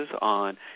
on